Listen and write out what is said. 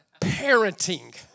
parenting